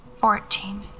fourteen